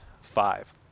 five